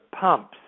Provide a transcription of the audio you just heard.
pumps